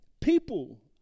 People